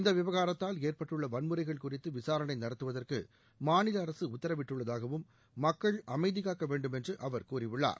இந்த விவகாரத்தால் ஏற்பட்டுள்ள வன்முறைகள் குறித்து விசாரனை நடத்துவதற்கு மாநில அரசு உத்தரவிட்டுள்ளதாகவும் மக்கள் அமைதிகாக்க வேண்டுமென்று அவர் கூறியுள்ளார்